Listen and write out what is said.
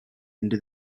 into